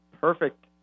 Perfect